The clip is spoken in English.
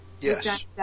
Yes